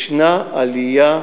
יש עלייה,